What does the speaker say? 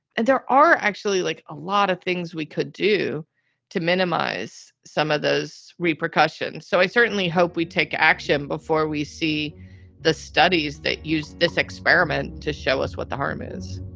and there are actually like a lot of things we could do to minimize some of those repercussions. so i certainly hope we take action before we see the studies that use this experiment to show us what the harm is